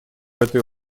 этой